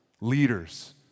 leaders